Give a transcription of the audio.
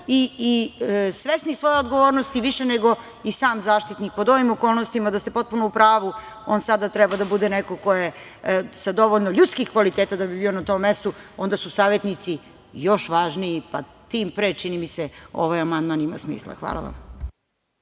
i svesni svoje odgovornosti više nego i sam Zaštitnik. Pod ovim okolnostima, da ste potpuno u pravu, on sada treba da bude neko sa dovoljno ljudskih kvaliteta da bi bio na tom mestu, onda su savetnici još važniji, pa tim pre, čini mi se, ovaj amandman ima smisla. Hvala vam.